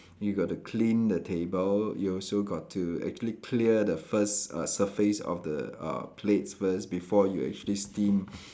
you got to clean the table you also got to actually clear the first uh surface of the uh plates first before you actually steam